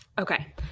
Okay